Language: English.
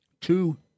two